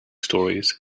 stories